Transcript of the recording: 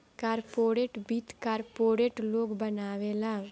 corporate वित्त corporate लोग बनावेला